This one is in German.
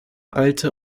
alte